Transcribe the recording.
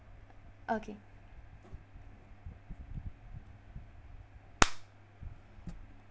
okay